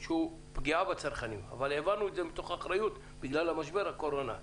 זה פוגע בצרכנים אבל העברנו אותו מתוך אחריות בגלל משבר הקורונה.